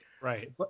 Right